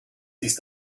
ist